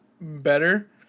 better